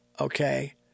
okay